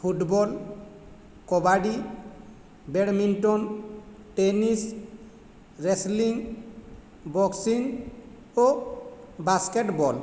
football kabaddi badminton tennis wrestling boxing ଓ basketball